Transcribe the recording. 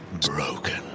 Broken